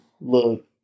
look